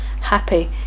happy